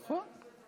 נכון.